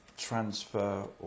transfer